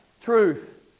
Truth